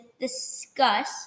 discuss